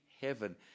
heaven